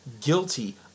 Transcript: guilty